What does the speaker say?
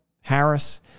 Harris